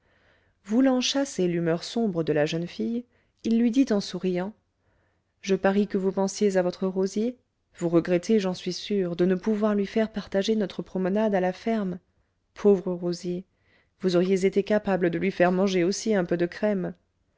voulant chasser l'humeur sombre de la jeune fille il lui dit en souriant je parie que vous pensiez à votre rosier vous regrettez j'en suis sûr de ne pouvoir lui faire partager notre promenade à la ferme pauvre rosier vous auriez été capable de lui faire manger aussi un peu de crème